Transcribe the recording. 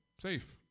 safe